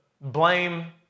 blame